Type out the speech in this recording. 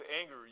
anger